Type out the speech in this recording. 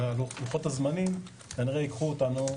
ולוחות הזמנים כנראה ייקחו אותנו,